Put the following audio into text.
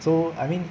so I mean